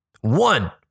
One